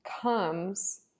comes